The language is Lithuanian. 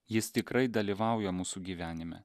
jis tikrai dalyvauja mūsų gyvenime